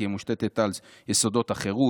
תהא מושתתה על יסודות החירות,